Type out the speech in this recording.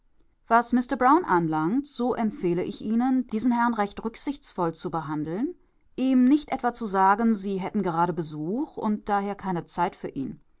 was mister brown anlangt so empfehle ich ihnen diesen herrn recht rücksichtsvoll zu behandeln ihm nicht etwa zu sagen sie hätten gerade besuch und daher keine zeit für ihn